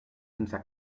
sense